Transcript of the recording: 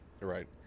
Right